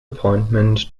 appointment